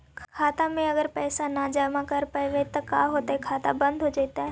खाता मे अगर पैसा जमा न कर रोपबै त का होतै खाता बन्द हो जैतै?